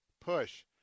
push